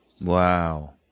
Wow